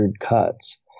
cuts